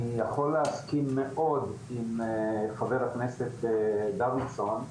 אני יכול להסכים מאוד עם חבר הכנסת דוידסון,